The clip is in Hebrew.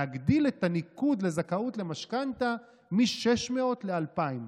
להגדיל את הניקוד לזכאות למשכנתה מ-600 ל-2,000